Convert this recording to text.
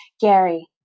Gary